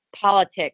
politics